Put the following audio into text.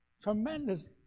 Tremendous